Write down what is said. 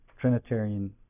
Trinitarian